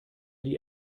die